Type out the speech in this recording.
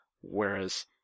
Whereas